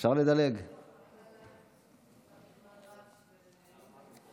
אני רק רוצה לומר לחבר הכנסת החדש שאני מאחלת לו הצלחה,